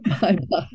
Bye-bye